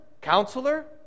Counselor